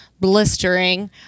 blistering